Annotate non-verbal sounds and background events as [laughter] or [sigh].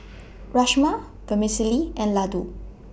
[noise] Rajma Vermicelli and Ladoo